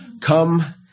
Come